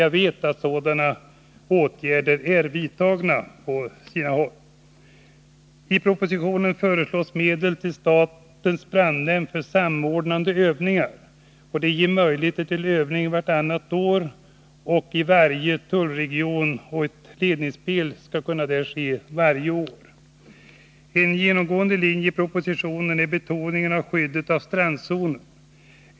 Jag vet också att sådana åtgärder är vidtagna på sina håll. övningar. De ger möjlighet till övning i varje tullregion vartannat år, och ett ledningsspel skall kunna ske varje år. En genomgående linje i propositionen är betoningen av skyddet av strandzonen.